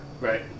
Right